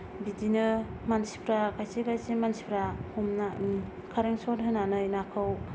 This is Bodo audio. बिदिनो मानसिफोरा खायसे खायसे मानसिफोरा हमना खारेन्त सत होनानै नाखौ